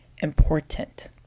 important